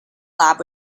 lab